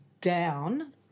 down